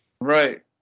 Right